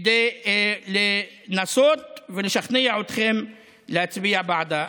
כדי לנסות ולשכנע אתכם להצביע בעדה.